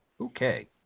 Okay